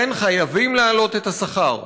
לכן חייבים להעלות את השכר.